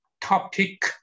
topic